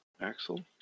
Axel